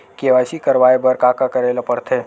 KYC करवाय बर का का करे ल पड़थे?